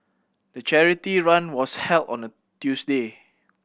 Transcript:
the charity run was held on a Tuesday